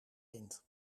wint